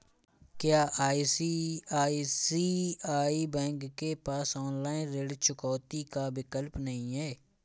क्या ICICI bank के पास ऑनलाइन ऋण चुकौती का विकल्प नहीं है?